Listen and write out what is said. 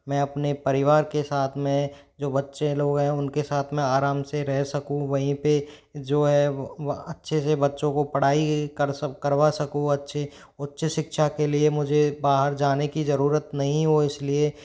मैं अपने परिवार के साथ में जो बच्चे लोग हैं उनके साथ में आराम से रह सकूँ वहीं पे जो है अच्छे से बच्चों को पढ़ाई कर करवा सकूँ अच्छे उच्च शिक्षा के लिए मुझे बाहर जाने की जरूरत नहीं है इसलिए